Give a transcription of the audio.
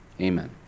amen